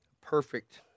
perfect